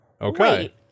Okay